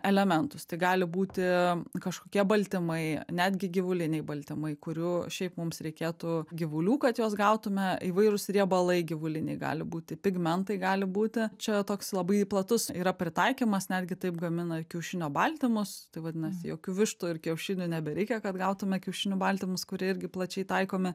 elementus tai gali būti kažkokie baltymai netgi gyvuliniai baltymai kurių šiaip mums reikėtų gyvulių kad juos gautume įvairūs riebalai gyvuliniai gali būti pigmentai gali būti čia toks labai platus yra pritaikymas netgi taip gamina kiaušinio baltymus tai vadinasi jokių vištų ir kiaušinių nebereikia kad gautume kiaušinių baltymus kurie irgi plačiai taikomi